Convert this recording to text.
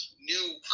new